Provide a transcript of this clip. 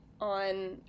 on